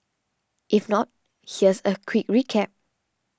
if not here's a quick recap